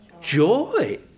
joy